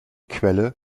quelle